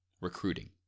Recruiting